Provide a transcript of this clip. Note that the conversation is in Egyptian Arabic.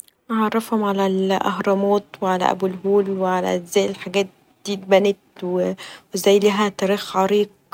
اعرفهم علي الاهرامات و ابو الهول و ازاي الحاجات دي اتبنت وازاي ليها تاريخ عريق.